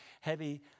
heavy